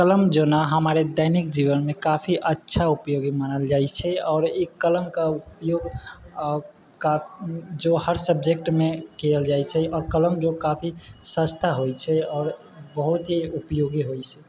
कलम जेना हमर दैनिक जीवनमे काफी अच्छा उपयोगी चीज मानल जाइ छै आओर एहि कलमके उपयोग जो हर सब्जैक्टमे कयल जाइ छै आओर कलम जो काफी सस्ता होइ छै आओर बहुत ही उपयोगी होइ छै